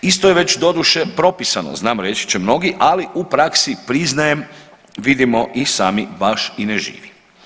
Isto je već doduše propisani znam reći će mnogi, ali u praksi priznajem vidimo i sami baš i ne živi.